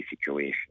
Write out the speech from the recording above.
situation